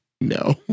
no